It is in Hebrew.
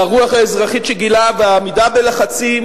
והרוח האזרחית שגילה והעמידה בלחצים